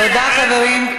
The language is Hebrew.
תגיד לי, תודה, חברים.